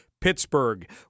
Pittsburgh